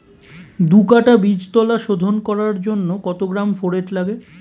দু কাটা বীজতলা শোধন করার জন্য কত গ্রাম ফোরেট লাগে?